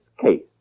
Case